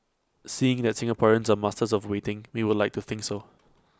seeing that Singaporeans are masters of waiting we would like to think so